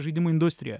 žaidimų industrijoj